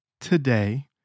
today